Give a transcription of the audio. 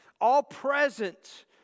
all-present